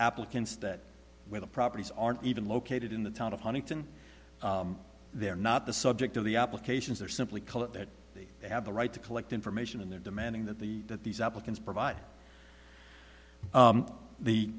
applicants that where the properties aren't even located in the town of huntington they're not the subject of the applications or simply call it that they have the right to collect information and they're demanding that the that these applicants provide